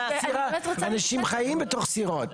אנשים חיים בתוך סירות.